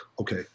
okay